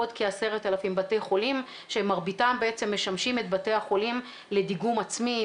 עוד כ-10,000 בתי חולים שמרביתם בעצם משמשים את בתי החולים לדיגום עצמי,